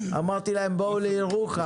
אמרתי להם: בואו לירוחם.